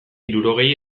hirurogei